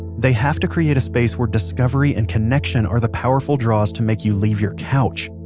they have to create a space where discovery and connection are the powerful draws to make you leave your couch.